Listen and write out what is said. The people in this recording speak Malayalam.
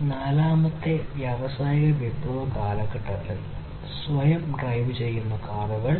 ഈ നാലാമത്തെ വ്യാവസായിക വിപ്ലവ കാലഘട്ടത്തിൽ സ്വയം ഡ്രൈവിംഗ് കാറുകൾ